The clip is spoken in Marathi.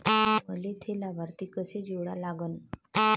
मले थे लाभार्थी कसे जोडा लागन?